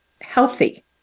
healthy